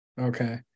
Okay